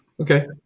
Okay